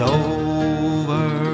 over